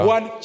One